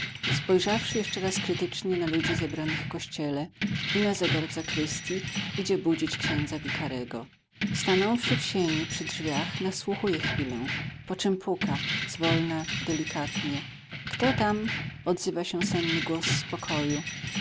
spojrzawszy jeszcze raz krytycznie na ludzi zebranych w kościele i na zegar w zakrystji idzie budzić księdza wikarego stanąwszy w sieni przy drzwiach nasłuchuje chwilę poczem puka zwolna delikatnie kto tam odzywa się senny głos z pokoju